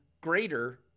greater